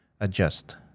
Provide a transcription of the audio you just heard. adjust